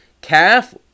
calf